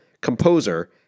composer